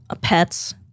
pets